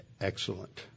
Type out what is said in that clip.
excellent